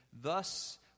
Thus